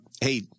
Hey